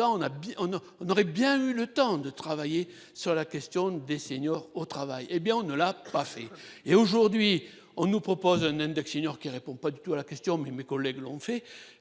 on a on a on aurait bien eu le temps de travailler sur la question des seniors au travail hé bien on ne l'a pas fait, et aujourd'hui on nous propose un index seniors qui répond, pas du tout à la question, mais mes collègues l'ont fait